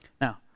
Now